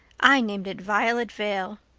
i named it violet vale.